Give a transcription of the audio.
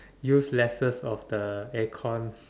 use lesser of the air con